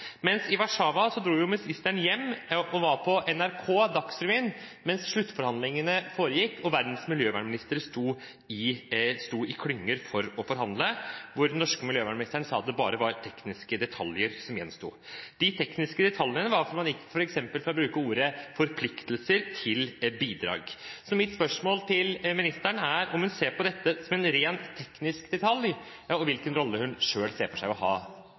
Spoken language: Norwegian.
i Warszawa dro ministeren hjem og var på NRK Dagsrevyen mens sluttforhandlingene pågikk. Verdens miljøvernministre sto i klynger for å forhandle, mens den norske miljøvernministeren sa at det bare var tekniske detaljer som gjensto. De tekniske detaljene var f.eks. at man gikk fra å bruke ordet «forpliktelser» til «bidrag». Så mitt spørsmål til ministeren er om hun ser på dette som en rent teknisk detalj. Og hvilken rolle ser hun for seg at hun skal ha i framtidige forhandlinger? Jeg ser for